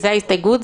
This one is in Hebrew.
זאת ההסתייגות?